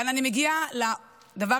המקצוע